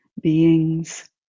beings